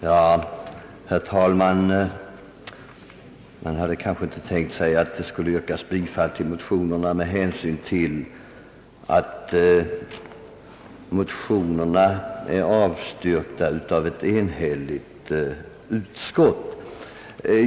Herr talman! Jag hade knappast väntat att det här skulle yrkas bifall till motionerna med hänsyn till att de blivit avstyrkta av ett enhälligt utskott.